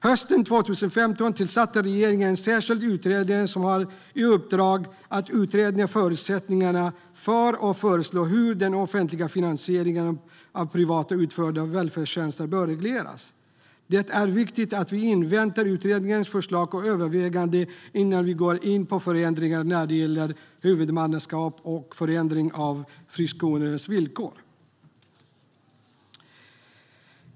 Hösten 2015 tillsatte regeringen en särskild utredare som har i uppdrag att utreda förutsättningarna för den offentliga finansieringen av privat utförda välfärdstjänster och föreslå hur den bör regleras. Det är viktigt att vi inväntar utredningens förslag och överväganden innan vi går in på förändringar när det gäller huvudmannaskap och förändringar av friskolornas villkor.